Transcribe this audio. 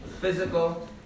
Physical